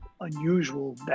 unusual